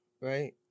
right